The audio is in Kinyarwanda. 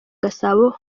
gasabo